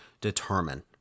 determine